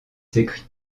s’écrit